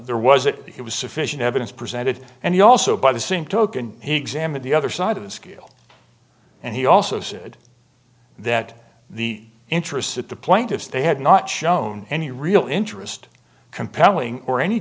there was that it was sufficient evidence presented and he also by the same token he examined the other side of the scale and he also said that the interests that the plaintiffs they had not shown any real interest compelling or any